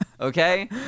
Okay